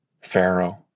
Pharaoh